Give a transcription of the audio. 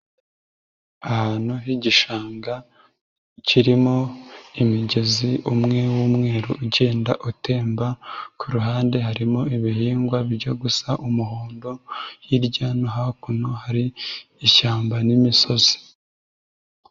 Ahantu h'igishanga kirimo imigezi umwe w'umweru ugenda utemba, ku ruhande harimo ibihingwa bijya gusa umuhondo, hirya no hakuno hari ishyamba n'imisozi.